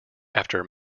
after